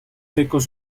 secos